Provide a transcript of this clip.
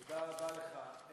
תודה רבה לך.